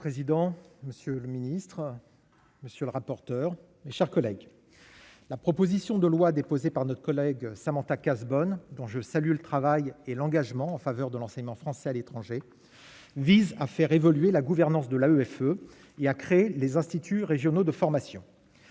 Monsieur le président, monsieur le ministre, monsieur le rapporteur, mes chers collègues. La proposition de loi déposée par notre collègue Samantha Cazebonne, dont je salue le travail et l'engagement en faveur de l'enseignement français à l'étranger. Vise à faire évoluer la gouvernance de la EFE il y a créé les instituts régionaux de formation,